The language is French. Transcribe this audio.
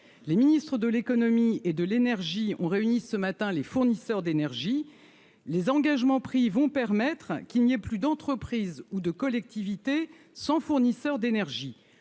les ministres de l'Économie et de l'énergie ont réuni ce matin, les fournisseurs d'énergie, les engagements pris vont permettre qu'il n'y ait plus d'entreprises ou de collectivités 100 fournisseur d'énergie